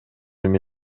эми